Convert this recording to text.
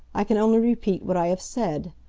i can only repeat what i have said.